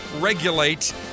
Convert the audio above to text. regulate